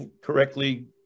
correctly